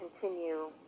continue